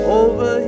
over